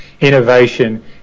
Innovation